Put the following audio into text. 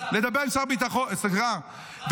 --- סליחה.